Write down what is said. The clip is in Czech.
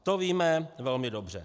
To víme velmi dobře.